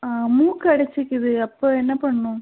மூக்கு அடைச்சிக்குது அப்போ என்ன பண்ணனும்